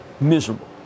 Miserable